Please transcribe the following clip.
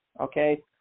okay